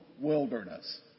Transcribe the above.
wilderness